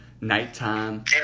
Nighttime